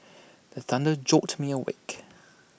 the thunder jolt me awake